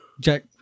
Jack